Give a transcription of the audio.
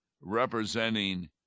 representing